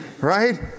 Right